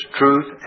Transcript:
truth